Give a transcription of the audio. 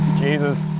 jesus